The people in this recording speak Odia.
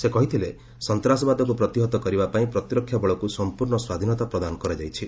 ସେ କହିଛନ୍ତି ସନ୍ତାସବାଦକୁ ପ୍ରତିହତ କରିବା ପାଇଁ ପ୍ରତିରକ୍ଷା ବଳକୁ ସଂପୂର୍ଣ୍ଣ ସ୍ୱାଧୀନତା ପ୍ରଦାନ କରାଯାଇଛି